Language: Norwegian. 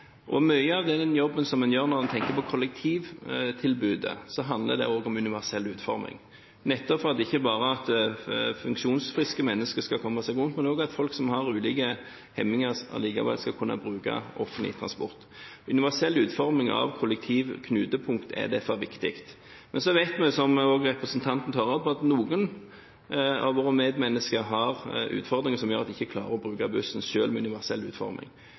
Mye av den jobben som en gjør når en tenker på kollektivtilbudet, handler også om universell utforming, nettopp for at ikke bare funksjonsfriske mennesker skal komme seg rundt, men at også folk som har ulike hemninger, skal kunne bruke offentlig transport. Universell utforming av kollektive knutepunkter er derfor viktig. Men så vet vi, som også representanten tar opp, at noen av våre medmennesker har utfordringer som gjør at de ikke klarer å bruke bussen – selv med universell utforming